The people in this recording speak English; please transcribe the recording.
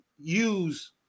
use